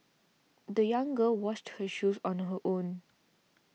the young girl washed her shoes on her own